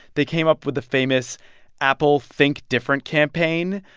they came up with the famous apple think different campaign,